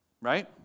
Right